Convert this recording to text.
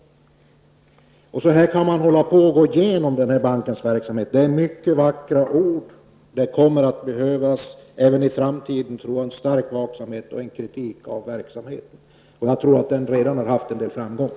Så här kan man gå igenom bankens verksamhet. Det är många vackra ord, men jag tror att det även i framtiden kommer att behövas stor vaksamhet och kritik av verksamheten. Jag tror att kritiken redan nu har betytt en hel del.